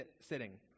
sitting